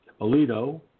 Alito